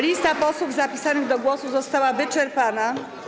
Lista posłów zapisanych do głosu została wyczerpana.